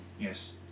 yes